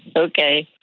okay.